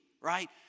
right